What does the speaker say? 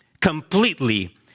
completely